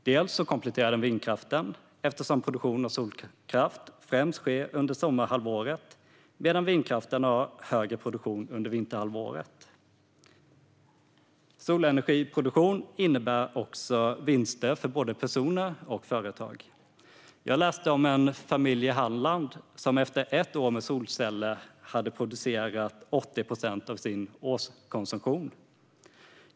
Den kompletterar vindkraften - produktion av solkraft sker främst under sommarhalvåret, medan vindkraften har större produktion under vinterhalvåret. Solenergiproduktion innebär också vinster för både personer och företag. Jag läste om en familj i Halland som efter ett år med solceller hade producerat 80 procent av sin årskonsumtion.